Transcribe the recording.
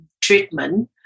treatment